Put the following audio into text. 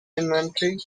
inventory